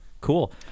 Cool